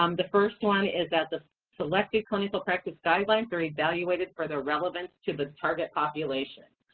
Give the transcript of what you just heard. um the first one is that the selected clinical practice guidelines are evaluated for their relevance to the target population.